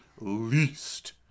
least